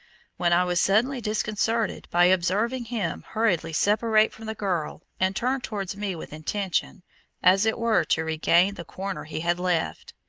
when i was suddenly disconcerted by observing him hurriedly separate from the girl and turn towards me with intention as it were to regain the corner he had left.